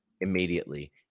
immediately